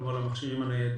כלומר למכשירים הניידים,